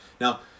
Now